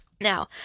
Now